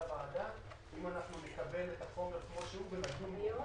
הוועדה אם נקבל את החומר כמו שהוא ונדון בו.